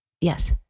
Yes